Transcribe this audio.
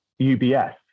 ubs